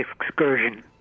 excursion